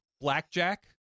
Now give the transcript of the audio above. Blackjack